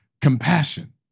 compassion